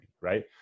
right